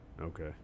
Okay